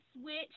switch